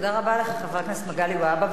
תודה רבה לך, חבר הכנסת מגלי והבה.